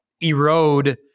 erode